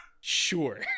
Sure